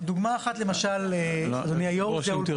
דוגמא אחת, אדוני יושב הראש.